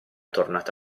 tornato